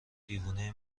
دیوونه